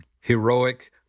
heroic